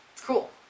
Cool